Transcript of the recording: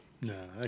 No